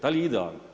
Da li je idealan?